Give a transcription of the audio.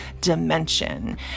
dimension